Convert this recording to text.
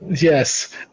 Yes